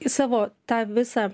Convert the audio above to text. į savo tą visą